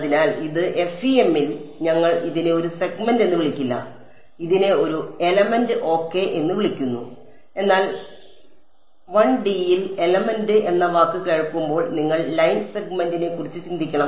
അതിനാൽ ഇത് FEM ൽ ഞങ്ങൾ ഇതിനെ ഒരു സെഗ്മെന്റ് എന്ന് വിളിക്കില്ല ഞങ്ങൾ ഇതിനെ ഒരു എലമെന്റ് ഓകെ എന്ന് വിളിക്കുന്നു എന്നാൽ 1D യിൽ എലമെന്റ് എന്ന വാക്ക് കേൾക്കുമ്പോൾ നിങ്ങൾ ലൈൻ സെഗ്മെന്റിനെക്കുറിച്ച് ചിന്തിക്കണം